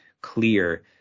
clear